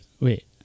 Wait